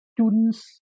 students